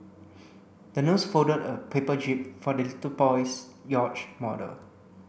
the nurse folded a paper jib for the little boy's yacht model